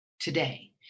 today